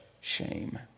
shame